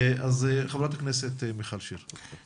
חברת הכנסת מיכל שיר, בבקשה.